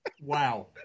wow